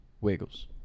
wiggles